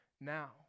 now